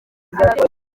bufaransa